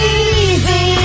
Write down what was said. easy